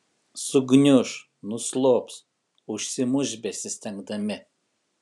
sugniuš nuslops užsimuš besistengdami